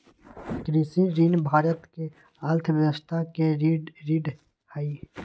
कृषि ऋण भारत के अर्थव्यवस्था के रीढ़ हई